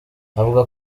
avuga